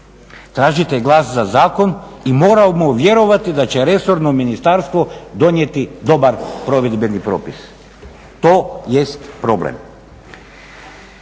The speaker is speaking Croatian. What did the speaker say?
Tražite glas za zakon i moramo vjerovati da će resorno ministarstvo donijeti dobar provedbeni propis. To jest problem.